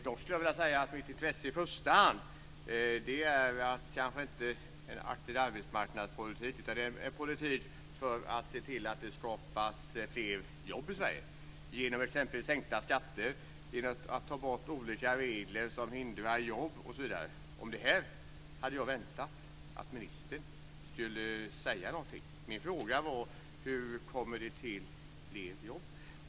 Mitt intresse är dock inte i första hand en aktiv arbetsmarknadspolitik, utan det är en politik för att se till att det skapas fler jobb i Sverige genom t.ex. sänkta skatter, borttagande av regler som förhindrar jobb osv. Jag hade väntat att ministern skulle säga någonting om detta. Min fråga löd: Hur kommer det till stånd fler jobb?